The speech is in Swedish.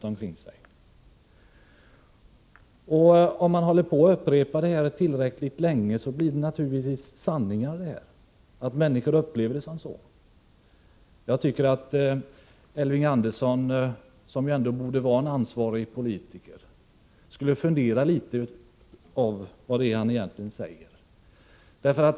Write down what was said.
Om man upprepar sådant tillräckligt ofta upplever människor det naturligtvis som sanningar. Jag tycker att Elving Andersson, som ändå borde vara en ansvarig politiker, skulle fundera litet på vad det är han säger.